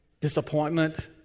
disappointment